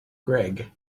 greg